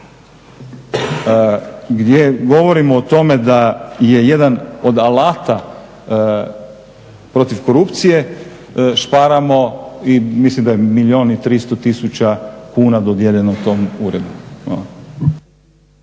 gdje govorimo o tome da je jedan od alata protiv korupcije šaramo i mislim daje milijun i 300 tisuća kuna dodijeljeno tom uredu.